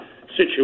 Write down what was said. situation